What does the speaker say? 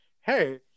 Hey